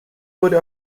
wurde